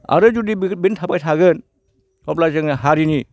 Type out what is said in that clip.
आरो जुदि बे बिदिनो थाबाय थागोन अब्ला जोङो हारिनि